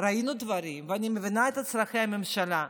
ראינו דברים, ואני מבינה את צורכי הממשלה,